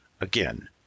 Again